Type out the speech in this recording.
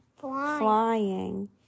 flying